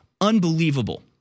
Unbelievable